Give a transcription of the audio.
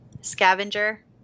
scavenger